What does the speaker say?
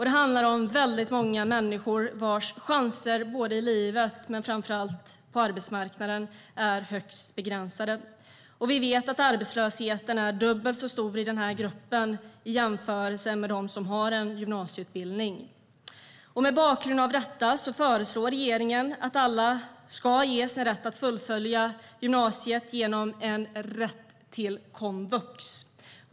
Det handlar om väldigt många människor vilkas chanser i livet och framför allt på arbetsmarknaden är högst begränsade. Vi vet också att arbetslösheten är dubbelt så stor i den här gruppen jämfört med dem som har en gymnasieutbildning. Mot bakgrund av detta föreslår regeringen att alla ska ges rätt att fullfölja gymnasiet genom en rätt till komvux.